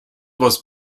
was